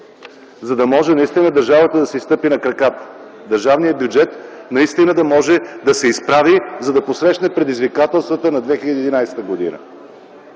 за да може наистина държавата да си стъпи на краката и държавният бюджет наистина да може да се изправи, за да посрещне предизвикателствата на 2011 г.